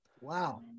wow